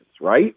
right